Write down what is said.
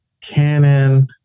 Canon